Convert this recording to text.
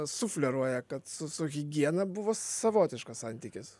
sufleruoja kad su su higiena buvo savotiškas santykis